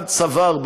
עד צוואר,